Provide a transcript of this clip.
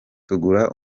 tegura